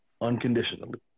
unconditionally